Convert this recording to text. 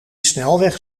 snelweg